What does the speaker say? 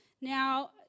Now